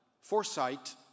foresight